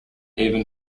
even